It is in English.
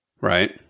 Right